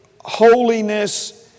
holiness